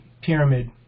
pyramid